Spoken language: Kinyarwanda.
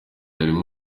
harimo